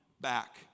back